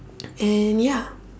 and ya